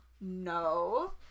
No